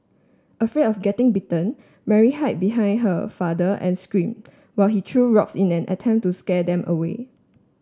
afraid of getting bitten Mary hide behind her father and scream while he threw rocks in an attempt to scare them away